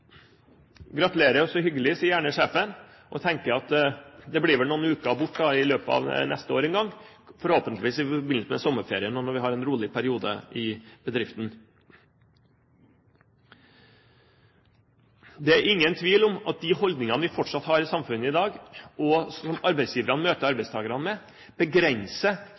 Gratulerer, så hyggelig, sier gjerne sjefen, og tenker at han vel blir noen uker borte i løpet av neste år en gang, forhåpentligvis i forbindelse med sommerferien eller når man har en rolig periode i bedriften. Det er ingen tvil om at de holdningene vi fortsatt har i samfunnet i dag, og som arbeidsgiverne møter arbeidstakerne med, begrenser